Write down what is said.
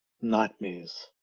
nightmares